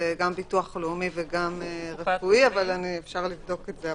גם ביטוח לאומי וגם רפואי, אבל אפשר לבדוק את זה.